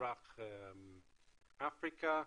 במזרח אפריקה,